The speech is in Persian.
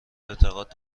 اعتماد